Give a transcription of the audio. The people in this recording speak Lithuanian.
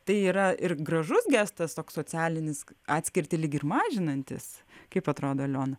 tai yra ir gražus gestas toks socialinis atskirtį lyg ir mažinantis kaip atrodo aliona